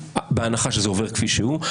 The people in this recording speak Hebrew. בהנחה שזה עובר כפי שהוא,